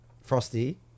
Frosty